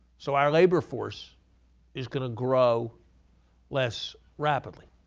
so our labor force is going to grow less rapidly.